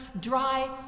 dry